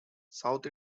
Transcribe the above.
south